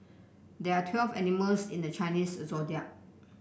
there are twelve animals in the Chinese Zodiac